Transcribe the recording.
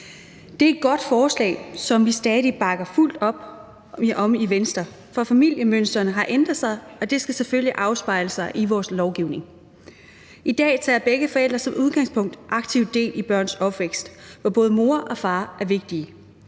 Det er et godt forslag, som vi stadig bakker fuldt op om i Venstre, for familiemønstrene har ændret sig, og det skal selvfølgelig afspejles i vores lovgivning. I dag tager begge forældre som udgangspunkt aktiv del i børns opvækst, hvor både moren og faren er vigtige.